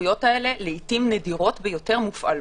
והסמכויות האלה לעתים נדירות ביותר מופעלות.